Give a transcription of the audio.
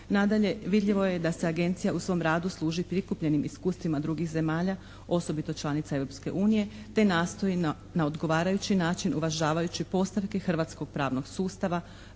Nadalje, vidljivo je da se Agencija u svom radu služi prikupljenim iskustvima drugih zemalja, osobito članica Europske unije te nastoji na odgovarajući način uvažavajući postavke hrvatskog pravnog sustava